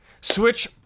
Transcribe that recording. Switch